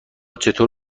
چطور